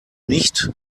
nicht